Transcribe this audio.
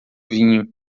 vinho